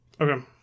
Okay